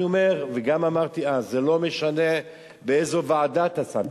אני אומר וגם אמרתי אז שזה לא משנה באיזו ועדה אתה שם,